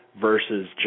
versus